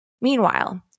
Meanwhile